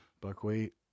Buckwheat